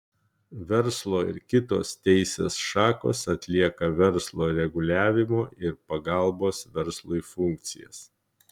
verslo ir kitos teisės šakos atlieka verslo reguliavimo ir pagalbos verslui funkcijas